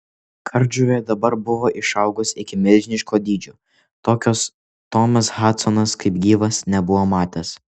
kardžuvė dabar buvo išaugus iki milžiniško dydžio tokios tomas hadsonas kaip gyvas nebuvo matęs